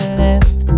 left